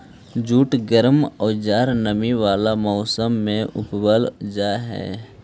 jute गर्म औउर नमी वाला मौसम में उगावल जा हई